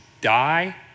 die